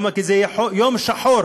כי זה יהיה יום שחור